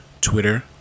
Twitter